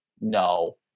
No